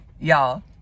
y'all